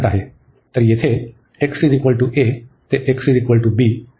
तर येथे x a ते x b हा कट आहे